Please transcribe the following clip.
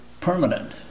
permanent